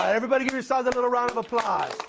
but everybody give yourselves a little round of applause.